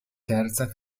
terza